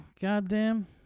goddamn